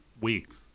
weeks